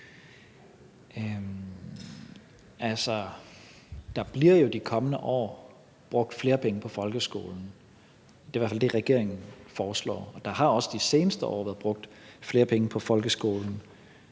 Der bliver jo i de kommende år brugt flere penge på folkeskolen. Det er i hvert fald det, regeringen foreslår. Der har også de seneste år været brugt flere penge på folkeskolen.